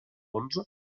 onze